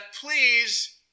please